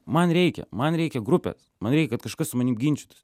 man reikia man reikia grupės man reik kad kažkas su manim ginčytųsi